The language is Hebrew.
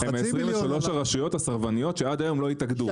הם ה- 23 רשויות סרבניות שעד היום לא התאגדו,